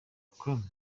com